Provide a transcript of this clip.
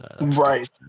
Right